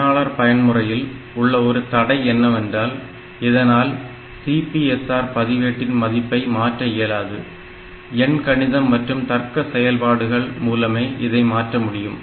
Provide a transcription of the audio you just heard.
பயனாளர் பயன்முறையில் உள்ள ஒரு தடை என்னவென்றால் இதனால் CPSR பதிவேட்டின் மதிப்பை மாற்ற இயலாது எண் கணிதம் மற்றும் தர்க்க செயல்பாடுகள் மூலமே இதை மாற்ற முடியும்